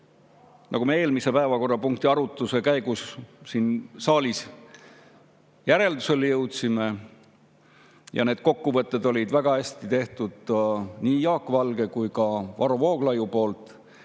Nagu me eelmise päevakorrapunkti arutluse käigus siin saalis järeldasime – need kokkuvõtted olid väga hästi tehtud nii Jaak Valgel kui ka Varro Vooglaiul